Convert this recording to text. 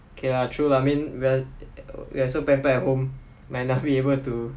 okay lah true lah I mean we are we are so pampered at home may not be able to